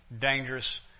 dangerous